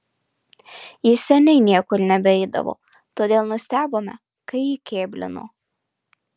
jis seniai niekur nebeidavo todėl nustebome kai įkėblino